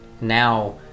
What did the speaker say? now